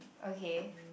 okay